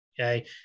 okay